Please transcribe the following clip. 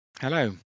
Hello